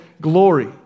glory